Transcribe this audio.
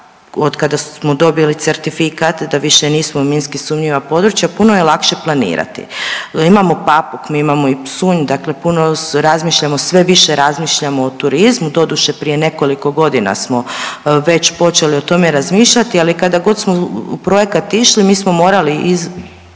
od kada smo dobili certifikat da više nismo minski sumnjiva područja puno je lakše planirati. Mi imamo Papuk, mi imamo i Psunj, dakle puno razmišljamo, sve više razmišljamo o turizmu doduše prije nekoliko godina smo već počeli o tome razmišljati, ali kada god smo u projekat išli mi smo morali iz,